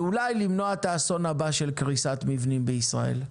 ואולי למנוע את האסון הבא של קריסת מבנים בישראל?